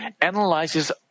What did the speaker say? analyzes